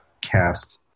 cast